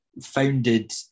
founded